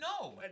No